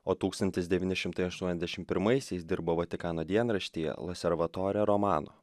o tūkstantis devyni šimtai aštuoniasdešimt pirmaisiais dirbo vatikano dienraštyje laservatore romano